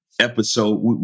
episode